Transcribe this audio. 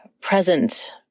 present